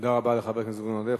תודה רבה לחבר הכנסת זבולון אורלב.